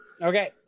Okay